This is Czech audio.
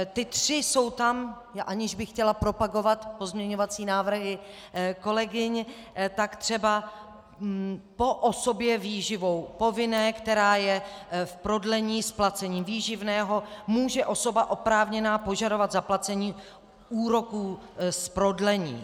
Ty tři jsou tam, aniž bych chtěla propagovat pozměňovací návrhy kolegyň, tak třeba po osobě výživou povinné, která je v prodlení s placením výživného, může osoba oprávněná požadovat zaplacení úroků z prodlení.